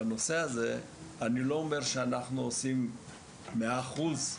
שבנושא הזה אני לא אומר שאנחנו עושים מאה אחוז,